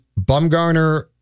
Bumgarner